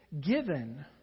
given